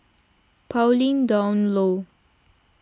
Pauline Dawn Loh